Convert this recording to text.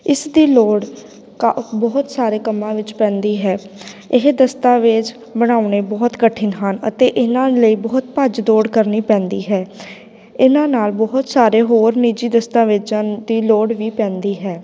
ਇਸ ਦੀ ਲੋੜ ਕ ਬਹੁਤ ਸਾਰੇ ਕੰਮਾਂ ਵਿੱਚ ਪੈਂਦੀ ਹੈ ਇਹ ਦਸਤਾਵੇਜ਼ ਬਣਾਉਣੇ ਬਹੁਤ ਕਠਿਨ ਹਨ ਅਤੇ ਇਹਨਾਂ ਲਈ ਬਹੁਤ ਭੱਜ ਦੌੜ ਕਰਨੀ ਪੈਂਦੀ ਹੈ ਇਹਨਾਂ ਨਾਲ ਬਹੁਤ ਸਾਰੇ ਹੋਰ ਨਿੱਜੀ ਦਸਤਾਵੇਜ਼ਾਂ ਦੀ ਲੋੜ ਵੀ ਪੈਂਦੀ ਹੈ